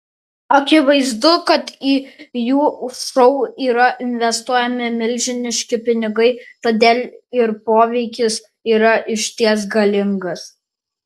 akivaizdu kad į jų šou yra investuojami milžiniški pinigai todėl ir poveikis yra išties galingas